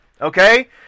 okay